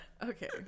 Okay